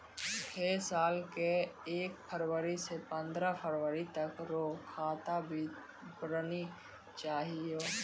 है साल के एक फरवरी से पंद्रह फरवरी तक रो खाता विवरणी चाहियो